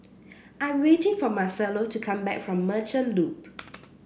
I'm waiting for Marcello to come back from Merchant Loop